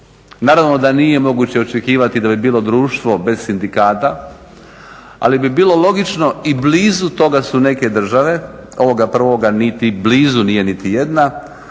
Naravno da nije moguće očekivati da bi bilo društvo bez sindikata, ali bi bilo logično i blizu toga su neke države, ovoga prvoga niti blizu nije niti jedna,